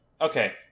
Okay